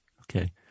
Okay